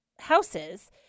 houses